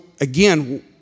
again